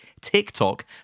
TikTok